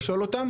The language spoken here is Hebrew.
לשאול אותם,